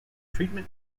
treatment